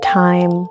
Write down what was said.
time